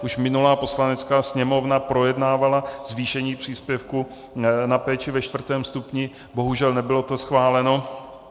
Už minulá Poslanecká sněmovna projednávala zvýšení příspěvku na péči ve čtvrtém stupni, bohužel nebylo to schváleno.